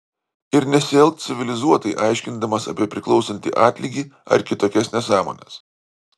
ir nesielk civilizuotai aiškindamas apie priklausantį atlygį ar kitokias nesąmones